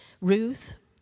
Ruth